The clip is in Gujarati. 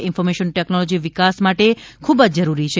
ઇન્ફોર્મેશન ટેકનોલોજી વિકાસ માટે ખૂબ જ જરૂરી છે